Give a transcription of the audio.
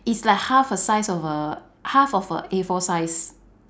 it's like half a size of a half of a A four size